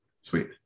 Sweet